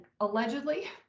allegedly